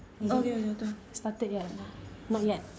not yet